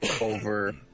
over